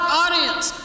audience